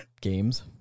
games